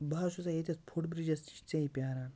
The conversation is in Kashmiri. بہٕ حظ چھُسَے ییٚتٮ۪تھ فُٹ بِرٛجَس نِش ژے پیٛاران